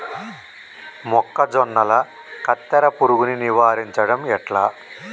మొక్కజొన్నల కత్తెర పురుగుని నివారించడం ఎట్లా?